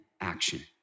action